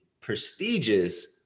prestigious